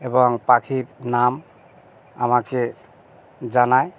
এবং পাখির নাম আমাকে জানায়